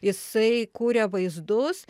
jisai kuria vaizdus